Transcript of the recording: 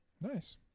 Nice